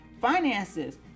finances